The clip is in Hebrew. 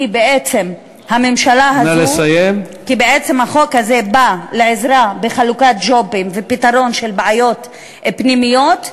כי בעצם החוק הזה בא לעזרה בחלוקת ג'ובים ופתרון של בעיות פנימיות.